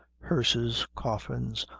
hearses, coffins,